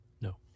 No